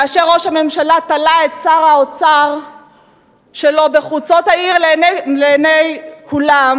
כאשר ראש הממשלה תלה את שר האוצר שלו בחוצות העיר לעיני כולם,